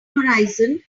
horizon